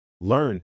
learn